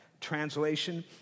Translation